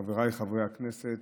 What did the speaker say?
חבריי חברי הכנסת,